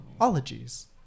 Ologies